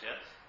yes